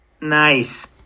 Nice